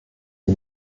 die